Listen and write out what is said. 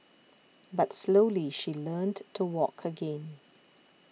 but slowly she learnt to walk again